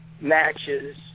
matches